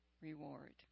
reward